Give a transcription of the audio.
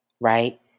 right